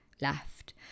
left